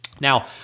Now